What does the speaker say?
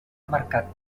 marcat